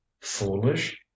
foolish